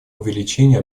увеличения